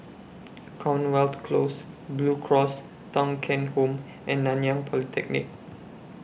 Commonwealth Close Blue Cross Thong Kheng Home and Nanyang Polytechnic